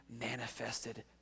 manifested